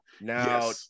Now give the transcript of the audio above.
Now